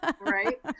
right